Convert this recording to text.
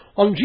on